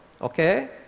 Okay